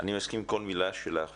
אני מסכים עם כל מילה שלך.